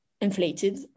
inflated